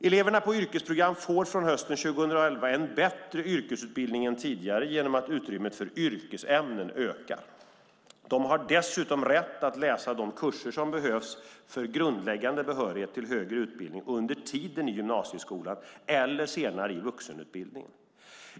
Eleverna på yrkesprogram får från hösten 2011 en bättre yrkesutbildning än tidigare genom att utrymmet för yrkesämnen ökar. De har dessutom rätt att läsa de kurser som behövs för grundläggande behörighet till högre utbildning under tiden i gymnasieskolan eller senare i vuxenutbildningen.